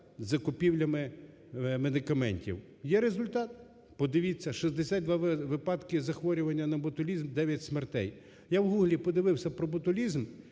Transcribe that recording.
закупівлями медикаментів, є результат. Подивіться, 62 випадки захворювання на ботулізм і 9 смертей. Я в Google подивився про ботулізм,